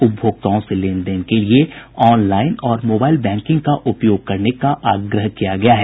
उपभोक्ताओं से लेन देन के लिए ऑनलाइन और मोबाइल बैकिंग का उपयोग करने का आग्रह किया गया है